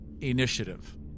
Initiative